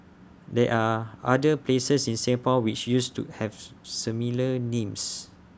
there are other places in Singapore which used to have similar names